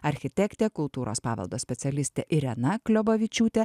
architektė kultūros paveldo specialistė irena kliobavičiūtė